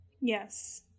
Yes